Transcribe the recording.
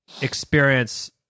experience